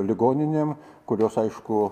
ligoninėm kurios aišku